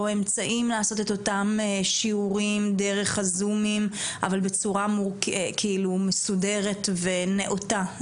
או אמצעים לעשות את אותם שיעורים דרך הזום אבל בצורה מסודרת ונאותה.